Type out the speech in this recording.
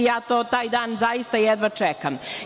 Ja taj dan zaista jedna čekam.